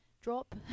drop